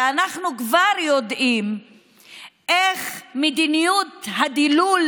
כי אנחנו כבר יודעים איך מדיניות הדילול